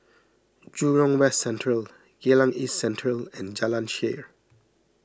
Jurong West Central Geylang East Central and Jalan Shaer